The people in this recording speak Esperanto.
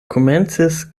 komencis